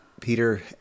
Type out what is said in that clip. Peter